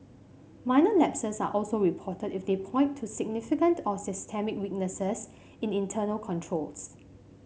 minor lapses are also reported if they point to significant or systemic weaknesses in internal controls